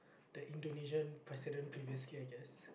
the Indonesian president previously I guess